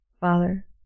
Father